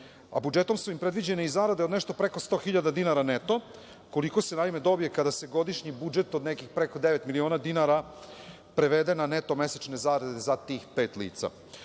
a budžetom su im i predviđene zarade od nešto od preko 100.000 dinara neto, koliko se naime dobije kada se budžet od nekih devet miliona dinara prevede na neto mesečne zarade za tih pet